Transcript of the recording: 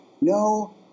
no